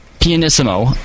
Pianissimo